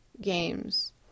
games